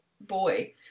boy